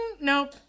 nope